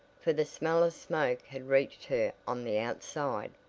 for the smell of smoke had reached her on the outside.